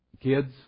kids